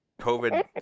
COVID